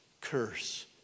curse